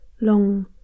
long